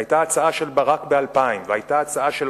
היתה הצעה של ברק ב-2000 והיתה הצעה של